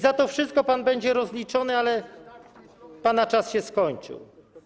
Za to wszystko pan będzie rozliczony, ale pana czas się skończył.